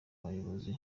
ubuyobozi